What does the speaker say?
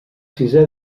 sisè